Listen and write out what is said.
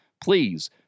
please